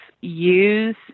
use